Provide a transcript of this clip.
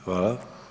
Hvala.